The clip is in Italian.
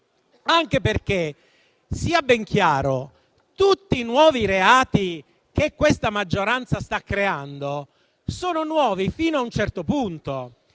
anche perché, sia ben chiaro che tutti i nuovi reati che questa maggioranza sta introducendo sono nuovi fino a un certo punto,